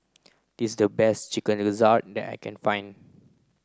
this is the best chicken gizzard that I can find